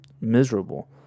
miserable